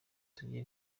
tugire